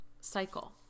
cycle